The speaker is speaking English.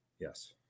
Yes